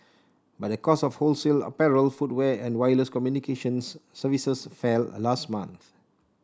but the cost of wholesale apparel footwear and wireless communications services fell last month